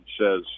says